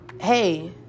hey